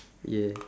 yeah